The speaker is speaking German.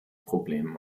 problem